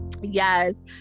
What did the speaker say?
yes